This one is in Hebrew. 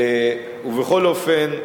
בכל אופן,